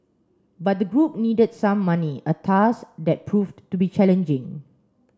but the group needed seed money a task that proved to be challenging